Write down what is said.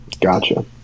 Gotcha